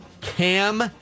Cam